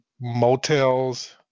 motels